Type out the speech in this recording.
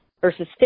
versus